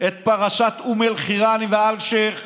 את פרשת אום אל-חיראן ואלשיך,